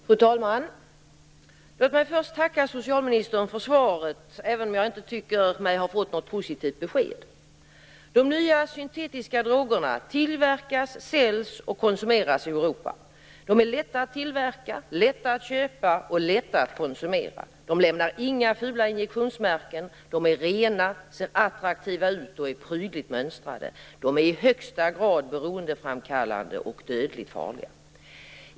Fru talman! Låt mig först tacka socialministern för svaret, även om jag inte tycker mig ha fått något positivt besked. De nya syntetiska drogerna tillverkas, säljs och konsumeras i Europa. De är lätta att tillverka, lätta att köpa och lätta att konsumera. De lämnar inga fula injektionsmärken, de är rena, de ser attraktiva ut och de är prydligt mönstrade. De är i högsta grad beroendeframkallande och dödligt farliga.